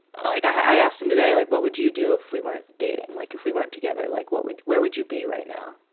i asked him today, like, what would you do if we weren't dating? like, if we weren't together? like, what would where would you be right now?